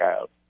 out